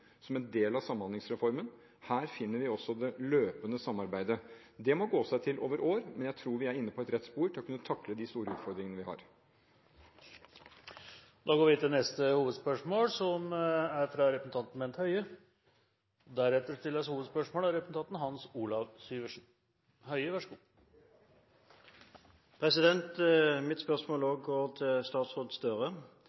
som en del av Samhandlingsreformen. Her finner vi også det løpende samarbeidet. Det må gå seg til over år, men jeg tror vi er inne på rett spor til å kunne takle de store utfordringene vi har. Vi går til neste hovedspørsmål.